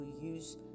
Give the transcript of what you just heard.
use